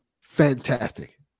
fantastic